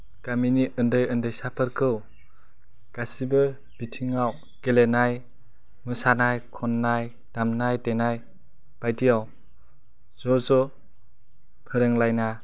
गामिनि उन्दै उन्दैसाफोरखौ गासैबो बिथिङाव गेलेनाय मोसानाय खननाय दामनाय देनाय बायदियाव ज' ज' फोरोंलायना